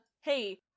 hey